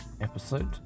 episode